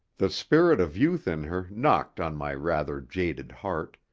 the spirit of youth in her knocked on my rather jaded heart,